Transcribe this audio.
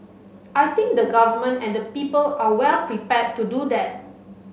I think the Government and the people are well prepared to do that